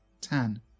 Ten